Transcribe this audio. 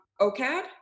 OCAD